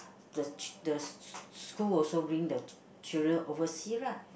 the ch~ the s~ school also bring the children overseas right